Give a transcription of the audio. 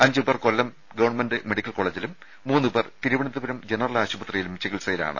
അഞ്ചു പേർ Kollam government medical കോളജിലും മൂന്നു പേർ തിരുവനന്തപുരം ജനറൽ ആശുപത്രിയിലും ചികിത്സയിലാണ്